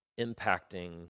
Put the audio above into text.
impacting